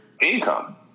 income